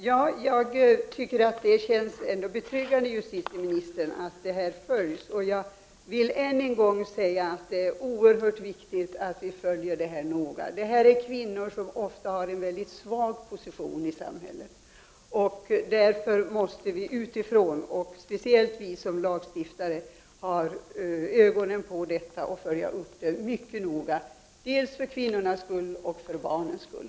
Herr talman! Det känns betryggande, justitieministern, att höra att utvecklingen följs. Jag vill än en gång säga att det är oerhört viktigt att vi följer händelseutvecklingen noga. Det gäller ofta kvinnor som har en väldigt svag position i samhället. Därför måste vi speciellt såsom lagstiftare ha ögonen på vad som händer, dels för kvinnornas skull, dels för barnens skull.